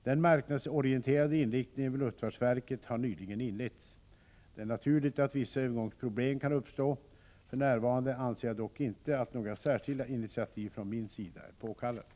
Den marknadsorienterade inriktningen vid luftfartsverket har nyligen inletts. Det är naturligt att vissa övergångsproblem kan uppstå. För närvarande anser jag dock inte att några särskilda initiativ från min sida är påkallade.